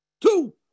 two